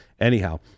anyhow